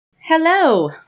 Hello